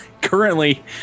currently